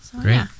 Great